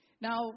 Now